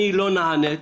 אני לא נענית.